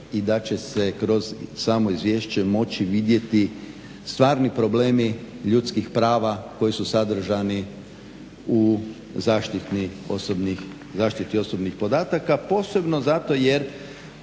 I da će se kroz samo izvješće moći vidjeti stvarni problemi ljudskih prava koji su sadržani u zaštiti osobnih podataka. Posebno zato jer